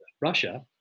Russia